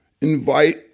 Invite